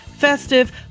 festive